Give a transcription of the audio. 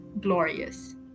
glorious